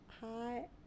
Hi